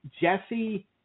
Jesse